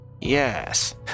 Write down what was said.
Yes